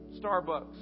Starbucks